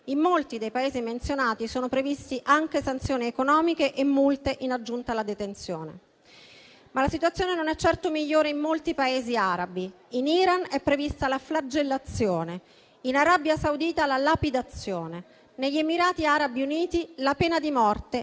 in molti dei Paesi menzionati sono previste anche sanzioni economiche e multe in aggiunta alla detenzione. La situazione non è certo migliore in molti Paesi arabi: in Iran è prevista la flagellazione, in Arabia Saudita la lapidazione, negli Emirati Arabi Uniti la pena di morte.